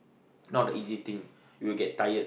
not a easy thing we will get tired